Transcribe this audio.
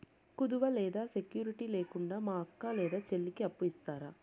కుదువ లేదా సెక్యూరిటి లేకుండా మా అక్క లేదా చెల్లికి అప్పు ఇస్తారా?